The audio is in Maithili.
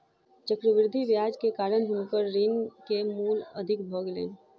चक्रवृद्धि ब्याज के कारण हुनकर ऋण के मूल अधिक भ गेलैन